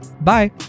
Bye